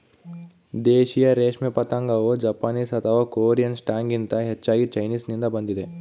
ದೇಶೀಯ ರೇಷ್ಮೆ ಪತಂಗವು ಜಪಾನೀಸ್ ಅಥವಾ ಕೊರಿಯನ್ ಸ್ಟಾಕ್ಗಿಂತ ಹೆಚ್ಚಾಗಿ ಚೈನೀಸ್ನಿಂದ ಬಂದಿದೆ